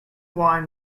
wine